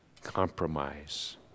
Compromise